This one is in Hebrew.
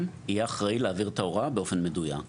יהיה אחראי להעביר את ההוראה באופן מדויק.